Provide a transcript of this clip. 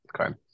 Okay